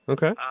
Okay